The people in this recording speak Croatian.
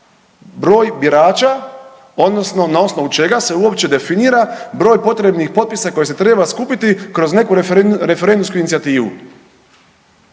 broj birača odnosno na osnovu čega se uopće definira broj potrebnih potpisa koje se treba skupiti kroz neko referendumsku inicijativu.